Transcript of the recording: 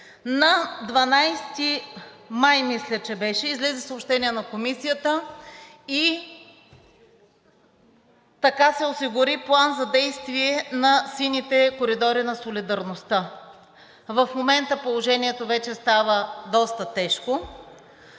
На 12 май, мисля, че беше, излезе съобщение на Комисията и така се осигури план за действие на сините коридори на солидарността. В момента положението вече става доста тежко.